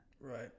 Right